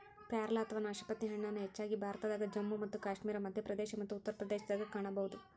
ಪ್ಯಾರಲ ಅಥವಾ ನಾಶಪತಿ ಹಣ್ಣನ್ನ ಹೆಚ್ಚಾಗಿ ಭಾರತದಾಗ, ಜಮ್ಮು ಮತ್ತು ಕಾಶ್ಮೇರ, ಮಧ್ಯಪ್ರದೇಶ ಮತ್ತ ಉತ್ತರ ಪ್ರದೇಶದಾಗ ಕಾಣಬಹುದು